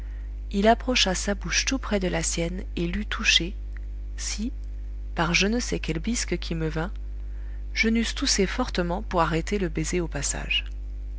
il approcha sa bouche tout près de la sienne et l'eût touchée si par je ne sais quelle bisque qui me vint je n'eusse toussé fortement pour arrêter le baiser au passage